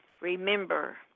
Remember